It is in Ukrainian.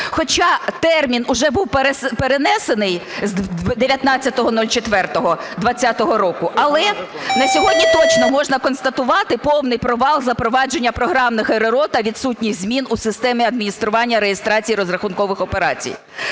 Хоча термін уже був перенесений з 19.04.2020 року, але на сьогодні точно можна констатувати повний провал запровадження програмних РРО та відсутність змін у системі адміністрування реєстрації розрахункових операцій.